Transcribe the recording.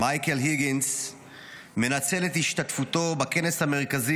מייקל היגינס מנצל את השתתפותו בכנס המרכזי